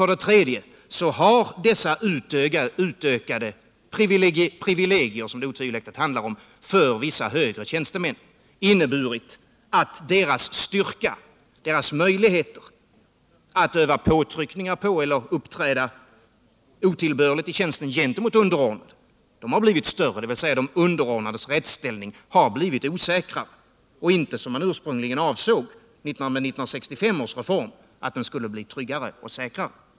För det tredje har dessa utökade privilegier, som det otvivelaktigt handlar om, för vissa högre tjänstemän inneburit att deras möjligheter att utöva påtryckningar på eller uppträda otillbörligt gentemot underordnade i tjänsten har blivit större. De underordnades rättsställning har blivit osäkrare och inte som man ursprungligen avsåg i samband med 1965 års reform, nämligen att den skulle bli tryggare och säkrare.